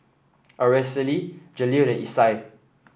Aracely Jaleel and Isai